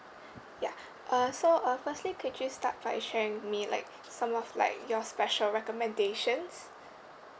ya uh so uh firstly could you start by sharing with me like some of like your special recommendations